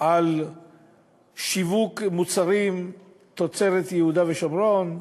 על שיווק מוצרים מתוצרת יהודה ושומרון,